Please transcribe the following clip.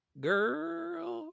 girl